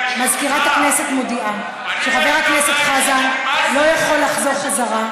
מזכירת הכנסת מודיעה שחבר הכנסת חזן לא יכול לחזור חזרה,